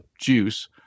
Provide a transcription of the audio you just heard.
juice